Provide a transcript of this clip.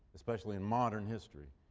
especially in modern history,